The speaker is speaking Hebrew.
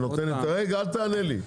רגע, אל תענה לי.